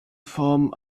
form